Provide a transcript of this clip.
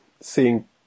seeing